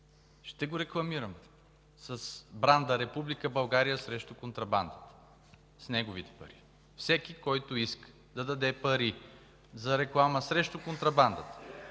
ще го рекламирам с бранда „Република България срещу контрабанда”, с неговите пари. Всеки, който иска да даде пари за реклама срещу контрабандата,